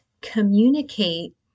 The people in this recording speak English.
communicate